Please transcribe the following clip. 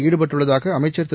போஈடுபட்டுள்ளதாக அமைச்சா் திரு